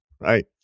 right